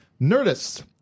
Nerdist